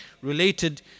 related